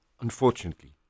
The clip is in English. unfortunately